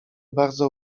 bardzo